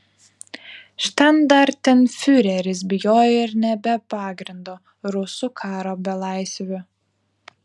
štandartenfiureris bijojo ir ne be pagrindo rusų karo belaisvių